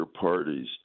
parties